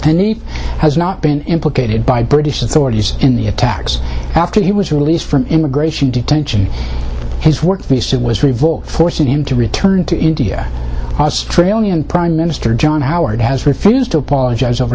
then he has not been implicated by british authorities in the attacks after he was released from immigration detention his work was revoked forcing him to return to india australian prime minister john howard has refused to apologize over